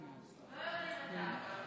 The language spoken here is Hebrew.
לא יודעים את זה.